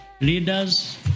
leaders